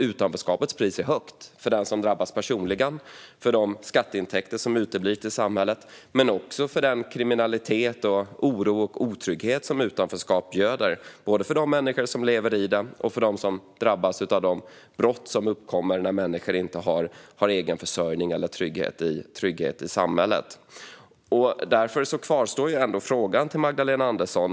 Utanförskapets pris är högt för den som drabbas personligen och gäller också de skatteintäkter till samhället som uteblir och den kriminalitet, oro och otrygghet som utanförskap göder, både för de människor som lever i den och för dem som drabbas av de brott som uppkommer när människor inte har egen försörjning eller trygghet i samhället. Därför kvarstår frågan till Magdalena Andersson.